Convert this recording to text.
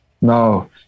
no